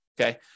Okay